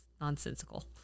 nonsensical